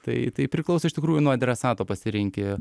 tai tai priklauso iš tikrųjų nuo adresato pasirinki